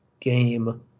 game